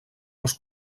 els